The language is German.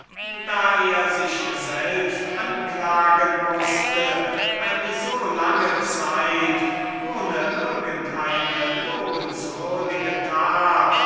da er sich selbst anklagen mußte eine so lange zeit ohne irgend eine lobenswürdige tat